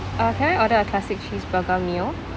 uh can I order a classic cheeseburger meal